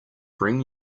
bring